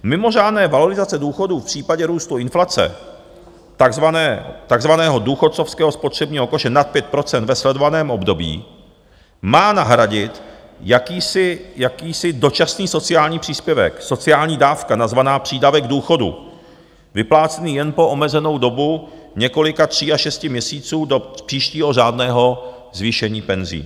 Mimořádné valorizace důchodů v případě růstu inflace, takzvaného důchodcovského spotřebního koše, nad 5 % ve sledovaném období má nahradit jakýsi dočasný sociální příspěvek, sociální dávka nazvaná přídavek k důchodu, vyplácený jen po omezenou dobu několika, tří až šesti měsíců, do příštího řádného zvýšení penzí.